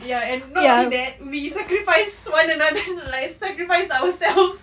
ya and not only that we sacrifice one another like sacrifice ourselves